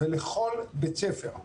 כל בית ספר,